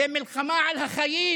זו מלחמה על החיים